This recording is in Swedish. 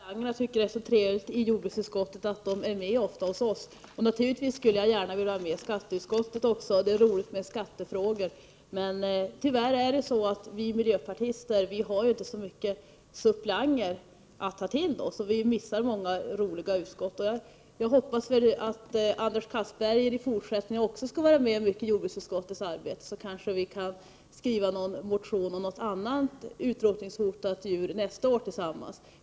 Herr talman! Det är glädjande att många av suppleanterna tycker att det är så trevligt i jordbruksutskottet att de är med ofta. Jag skulle naturligtvis gärna vilja vara med i skatteutskottet, eftersom det är roligt med skattefrågor, men tyvärr har vi miljöpartister inte så många suppleanter att sätta in, utan vi missar många intressanta utskott. Jag hoppas att Anders Castberger också i fortsättningen skall vara med mycket i jordbruksutskottets arbete, så att vi tillsammans kanske kan skriva en motion om något annat utrotningshotat djur nästa år.